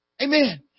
Amen